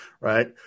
right